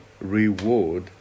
reward